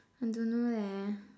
I don't know leh